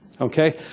okay